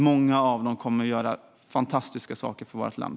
Många av dem kommer att göra fantastiska saker för vårt land.